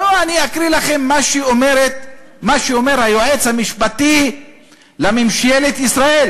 אני אקריא לכם מה שאומר היועץ המשפטי לממשלת ישראל: